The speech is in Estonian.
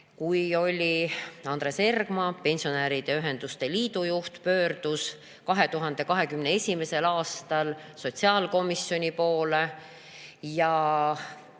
kui Andres Ergma, pensionäride ühenduste liidu juht, pöördus 2021. aastal sotsiaalkomisjoni poole ja